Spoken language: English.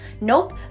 Nope